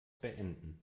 beenden